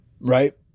Right